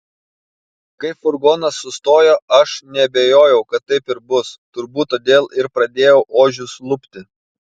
kai furgonas sustojo aš neabejojau kad taip ir bus turbūt todėl ir pradėjau ožius lupti